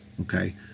okay